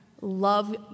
Love